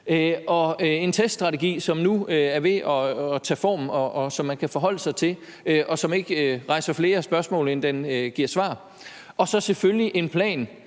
en teststrategi, som nu er ved at tage form, og som man kan forholde sig til, og som ikke rejser flere spørgsmål, end den giver svar på, og så selvfølgelig en plan,